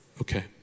Okay